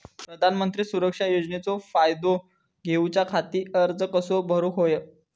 प्रधानमंत्री सुरक्षा योजनेचो फायदो घेऊच्या खाती अर्ज कसो भरुक होयो?